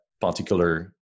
particular